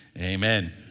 amen